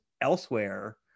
elsewhere